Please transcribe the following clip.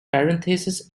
parentheses